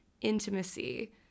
intimacy